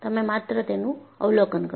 તમે માત્ર તેનું અવલોકન કરો